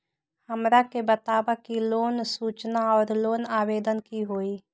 हमरा के बताव कि लोन सूचना और लोन आवेदन की होई?